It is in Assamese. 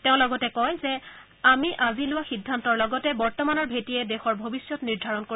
তেওঁ লগতে কয় যে আমি আজি লোৱা সিদ্ধান্তৰ লগতে বৰ্তমানৰ ভেটিয়ে দেশৰ ভৱিষ্যৎ নিৰ্ধাৰণ কৰিব